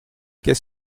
qu’est